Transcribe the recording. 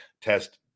test